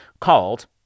called